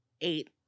eight